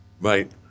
Right